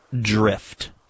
drift